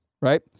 right